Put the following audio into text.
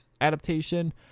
adaptation